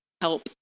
help